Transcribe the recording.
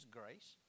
grace